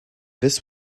this